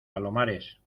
palomares